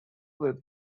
were